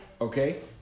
Okay